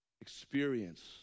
experience